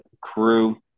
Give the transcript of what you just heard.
crew